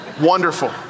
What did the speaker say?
Wonderful